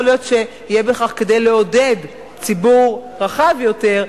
יכול להיות שיהיה בכך לעודד ציבור רחב יותר,